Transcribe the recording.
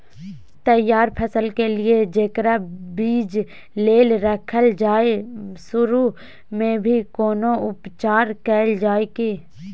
तैयार फसल के लिए जेकरा बीज लेल रखल जाय सुरू मे भी कोनो उपचार कैल जाय की?